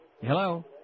Hello